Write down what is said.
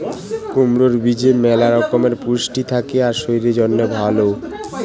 কুমড়োর বীজে ম্যালা রকমের পুষ্টি থাকে আর শরীরের জন্যে ভালো